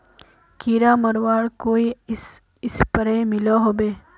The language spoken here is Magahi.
कीड़ा मरवार कोई स्प्रे मिलोहो होबे?